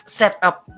setup